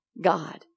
God